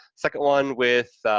second one with,